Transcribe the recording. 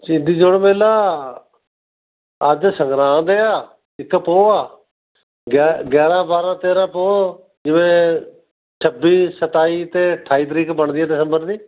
ਸ਼ਹੀਦੀ ਜੋੜ ਮੇਲਾ ਅੱਜ ਸੰਗਰਾਂਦ ਆ ਇੱਕ ਪੋਹ ਆ ਗਿ ਗਿਆਰ੍ਹਾਂ ਬਾਰ੍ਹਾਂ ਤੇਰ੍ਹਾਂ ਪੋਹ ਜਿਵੇਂ ਛੱਬੀ ਸਤਾਈ ਅਤੇ ਅਠਾਈ ਤਰੀਕ ਬਣਦੀ ਦਸੰਬਰ ਦੀ